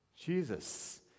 Jesus